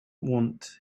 want